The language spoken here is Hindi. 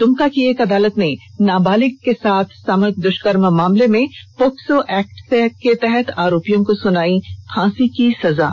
दुमका की एक अदालत ने नाबालिग के साथ सामूहिक दुष्कर्म के मामले में पोक्सो एक्ट के तहत आरोपियों को सुनाई फांसी की सजा